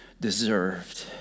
deserved